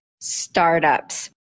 startups